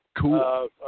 Cool